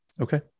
Okay